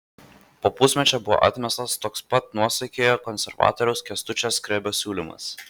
po pusmečio buvo atmestas toks pat nuosaikiojo konservatoriaus kęstučio skrebio siūlymas